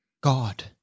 God